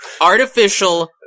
Artificial